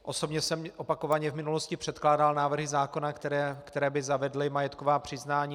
Osobně jsem opakovaně v minulosti předkládal návrhy zákona, které by zavedly majetková přiznání.